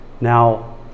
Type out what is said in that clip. Now